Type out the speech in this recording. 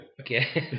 Okay